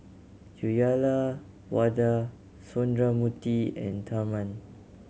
Uyyalawada Sundramoorthy and Tharman